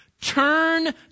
Turn